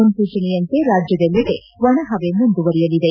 ಮುನ್ನೂಚನೆಯಂತೆ ರಾಜ್ಯದಲ್ಲೆಡೆ ಒಣಹವೆ ಮುಂದುವರಿಯಲಿದೆ